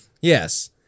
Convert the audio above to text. Yes